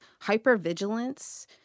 hypervigilance